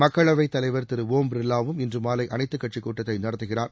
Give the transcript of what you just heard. மக்களவைத் தலைவர் திரு ஒம் பிர்வாவும் இன்று மாலை அனைத்துக்கட்சி கூட்டத்தை நடத்துகிறார்